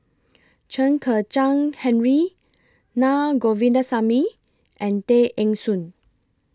Chen Kezhan Henri Na Govindasamy and Tay Eng Soon